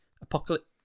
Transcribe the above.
Apocalypse